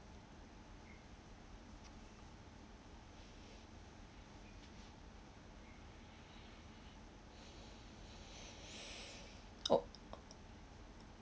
oh